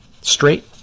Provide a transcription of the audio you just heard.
straight